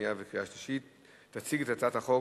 ועדת הרווחה.